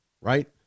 Right